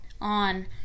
on